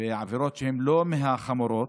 בעבירות שהן לא מהחמורות,